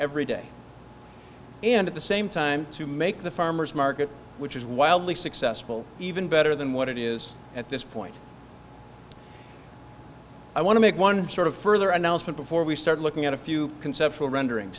every day and at the same time to make the farmer's market which is wildly successful even better than what it is at this point i want to make one sort of further announcement before we start looking at a few conceptual rendering